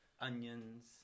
onions